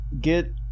get